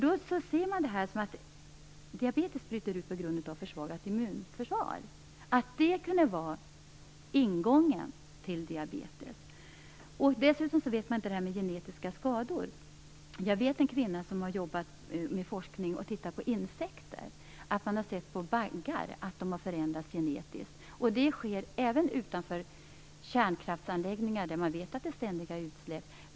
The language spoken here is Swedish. Då har man funderat på om diabetes bryter ut på grund av försvagat immunförsvar. Det skulle kunna vara ingången till diabetes. Dessutom vet man inte om det ger genetiska skador. Jag vet en kvinna som har jobbat med forskning och tittat på insekter. Man har sett att skalbaggar har förändrats genetiskt. Det sker utanför kärnkraftsanläggningar där man vet att det är ständiga utsläpp.